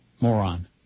Moron